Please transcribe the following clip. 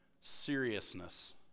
seriousness